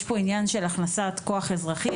יש פה עניין של הכנסת כוח אזרחי.